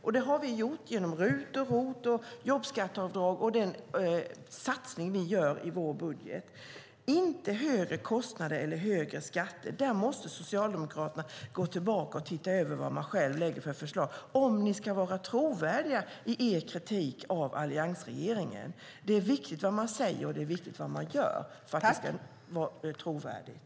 Det har regeringen gjort genom RUT, ROT, jobbskatteavdrag och den satsning som nu görs i budgeten. Det ska inte vara högre kostnader eller högre skatter. Där måste ni socialdemokrater gå tillbaka och titta över de förslag ni lägger fram om ni ska vara trovärdiga i er kritik av alliansregeringen. Det är viktigt vad man säger och gör för att det ska vara trovärdigt.